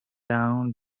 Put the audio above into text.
down